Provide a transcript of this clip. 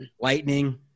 lightning